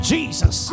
Jesus